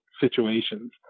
situations